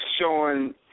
showing